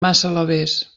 massalavés